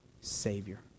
Savior